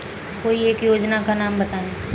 कोई एक योजना का नाम बताएँ?